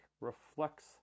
reflects